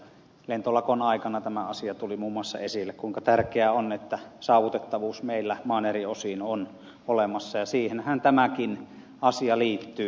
lentolakon aikana tämä asia tuli muun muassa esille kuinka tärkeää on että saavutettavuus meillä maan eri osiin on olemassa ja siihenhän tämäkin asia liittyy